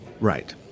Right